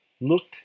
looked